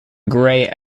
grey